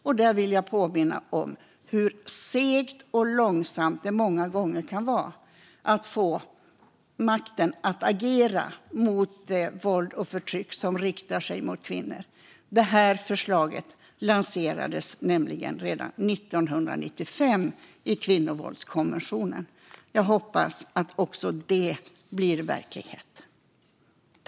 Jag vill påminna om hur segt och långsamt det många gånger kan vara att få makten att agera mot det våld och förtryck som riktar sig mot kvinnor. Det här förslaget lanserades nämligen redan 1995 i kvinnovåldskonventionen. Jag hoppas att också detta blir verklighet.